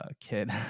kid